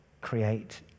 create